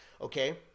okay